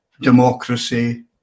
democracy